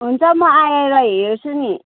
हुन्छ म आएर हेर्छु नि